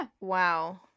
Wow